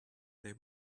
they